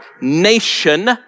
nation